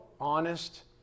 honest